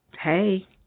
Hey